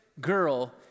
girl